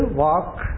walk